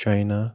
China